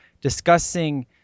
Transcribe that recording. discussing